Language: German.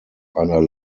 einer